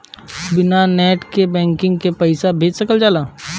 बिना net banking के पईसा भेज सकल जाला?